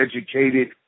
educated